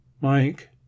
mike